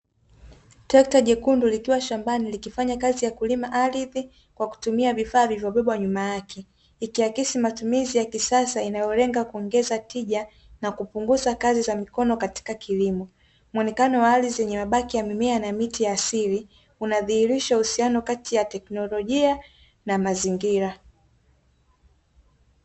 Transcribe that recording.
Trekta jekundu likiwa shambani likifanya kazi ya kulima ardhi kwa kutumia vifaa vilivyobebwa nyuma yake, ikiakisi matumizi ya kisasa inayolenga kuongeza tija na kupunguza kazi za mikono katika kilimo. Mwonekano wa ardhi wenye mabaki ya mimea na miti ya asili unadhihirisha uhusiano kati ya teknolojia na mazingira.